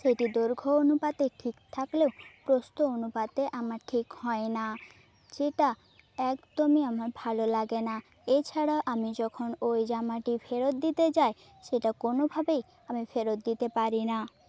সেটি দৈর্ঘ্য অনুপাতে ঠিক থাকেলও প্রস্থ অনুপাতে আমার ঠিক হয় না যেটা একদমই আমার ভালো লাগে না এছাড়া আমি যখন ওই জামাটি ফেরত দিতে যাই সেটা কোনভাবেই আমি ফেরত দিতে পারি না